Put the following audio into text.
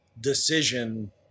decision